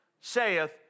saith